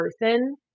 person